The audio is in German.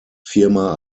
firma